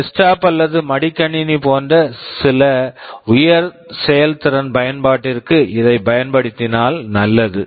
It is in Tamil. டெஸ்க்டாப் desktop அல்லது மடிக்கணினி laptop போன்ற உயர் செயல்திறன் பயன்பாட்டிற்கு இதைப் பயன்படுத்தினால் நல்லது